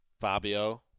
Fabio